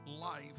life